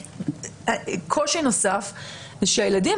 קושי נוסף הוא שהילדים